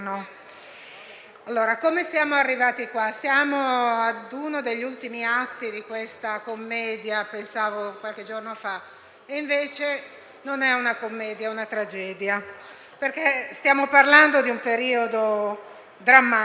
come siamo arrivati qui? Siamo ad uno degli ultimi atti di questa commedia - così pensavo qualche giorno fa - e invece non è una commedia, bensì una tragedia, perché stiamo parlando di un periodo drammatico